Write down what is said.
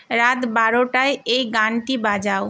রাত বারোটায় এই গানটি বাজাও